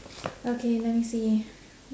okay let me see